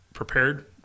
prepared